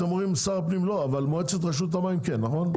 אתם אומרים משרד הפנים לא אבל מועצת רשות המים כן נכון?